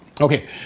Okay